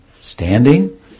standing